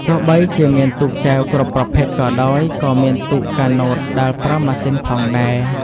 ទោះបីជាមានទូកចែវគ្រប់ប្រភេទក៏ដោយ ក៏មានទូកកាណូតដែលប្រើម៉ាស៊ីនផងដែរ។